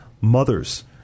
mothers